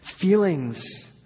feelings